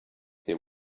there